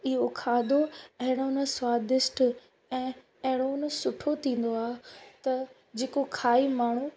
इहो खाधो अहिड़ो न स्वादिष्ट ऐं अहिड़ो न सुठो थींदो आहे त जेको खाई माण्हू